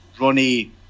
Ronnie